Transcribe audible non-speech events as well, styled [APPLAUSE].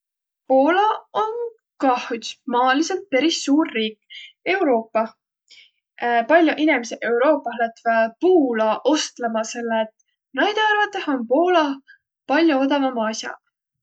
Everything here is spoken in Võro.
Poola om kah üts maaliselt peris suur riik Euroopah. [HESITATION] Pall'oq inemiseq lätväq Puula ostlma, selle et näide arvatõh om Poolah pall'o odavambaq as'aq.